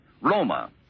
Roma